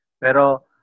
Pero